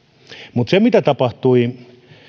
mutta se mitä tapahtui